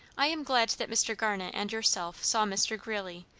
i am glad that mr. garnet and yourself saw mr. greeley,